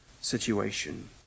situation